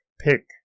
pick